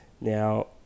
now